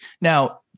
now